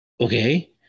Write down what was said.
okay